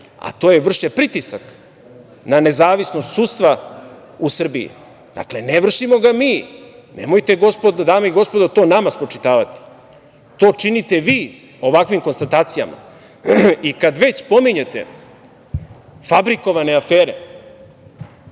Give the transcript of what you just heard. a to je da vrše pritisak na nezavisnost sudstva u Srbiji. Dakle, ne vršimo ga mi, nemojte gospodo, dame i gospodo to nama spočitavati. To činite vi, ovakvim konstatacijama. Kada već pominjete fabrikovane afere,